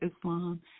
Islam